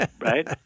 Right